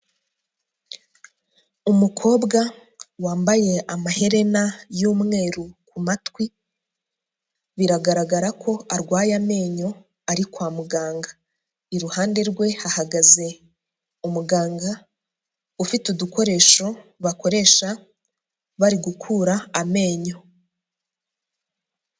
Umukobwa wambaye amaherena y'umweru ku matwi, biragaragara ko arwaye amenyo, ari kwa muganga, iruhande rwe hahagaze umuganga ufite udukoresho bakoresha bari gukura amenyo.